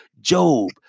Job